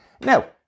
now